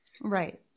Right